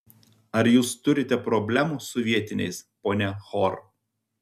ar jūs turite problemų su vietiniais ponia hor